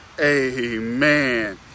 amen